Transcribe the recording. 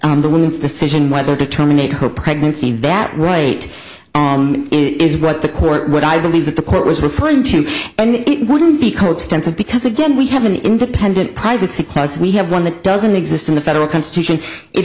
on the woman's decision whether to terminate her pregnancy bat right is what the court what i believe that the court was referring to and it wouldn't be called stance because again we have an independent privacy clause we have one that doesn't exist in the federal constitution it